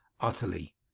Utterly